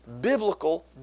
biblical